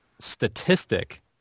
statistic